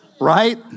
Right